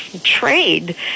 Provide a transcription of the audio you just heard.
trade